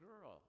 girl